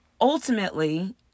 ultimately